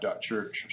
Church